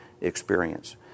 experience